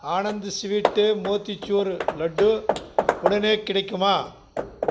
Anand sweet motichoor laddu உடனே கிடைக்குமா